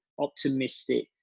optimistic